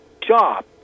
job